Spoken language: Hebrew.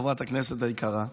חברת הכנסת היקרה,